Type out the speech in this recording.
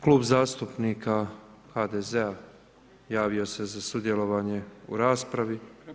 Klub zastupnika HDZ-a javio se za sudjelovanje u raspravi.